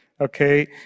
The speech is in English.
Okay